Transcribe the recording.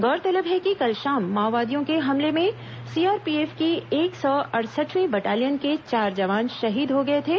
गौरतलब है कि कल शाम माओवादियों के हमले में सीआरपीएफ की एक सौ अड़सठवीं बटालियन के चार जवान शहीद हो गए थे